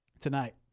tonight